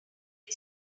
bed